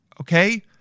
Okay